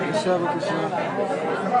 קודם כל,